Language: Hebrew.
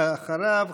ואחריו,